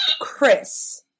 Chris